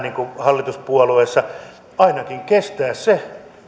hallituspuolueessa ainakin kestää se